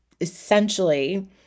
essentially